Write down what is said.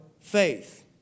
faith